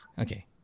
Okay